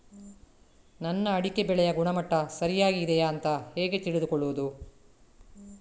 ನನ್ನ ಅಡಿಕೆ ಬೆಳೆಯ ಗುಣಮಟ್ಟ ಸರಿಯಾಗಿ ಇದೆಯಾ ಅಂತ ಹೇಗೆ ತಿಳಿದುಕೊಳ್ಳುವುದು?